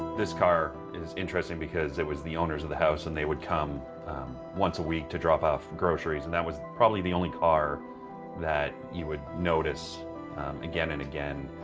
this car is interesting because it was the owners of the house, and they would come once a week to drop off groceries. and that was probably the only car that you would notice again and again.